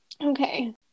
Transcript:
Okay